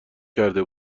کرده